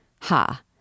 Ha